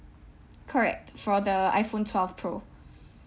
correct for the iphone twelve pro